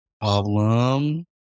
Problem